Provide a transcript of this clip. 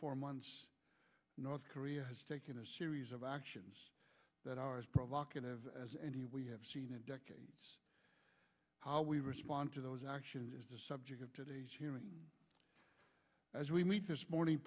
four months north korea has taken a series of actions that are as provocative as any we have seen in decades how we respond to those actions is the subject of today's hearing as we meet this morning